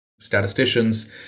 statisticians